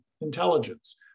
intelligence